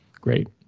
great